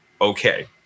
Okay